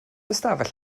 ystafell